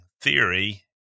theory